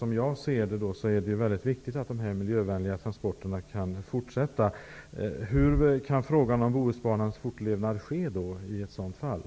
Som jag ser det är det mycket viktigt att de miljövänliga transporterna kan fortsätta. Hur kan behandlingen av frågan om Bohusbanans fortlevnad ske i ett sådant fall?